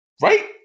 Right